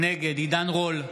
נגד עידן רול,